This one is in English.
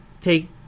take